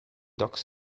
docks